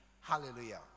Hallelujah